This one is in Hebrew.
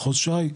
מחוז שי.